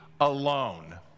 alone